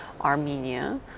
armenia